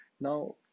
Now